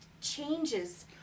changes